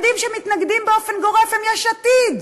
היחידים שמתנגדים באופן גורף הם יש עתיד,